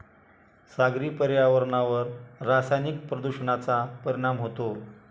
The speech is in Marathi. सागरी पर्यावरणावर रासायनिक प्रदूषणाचा परिणाम होतो